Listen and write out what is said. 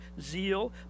zeal